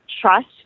trust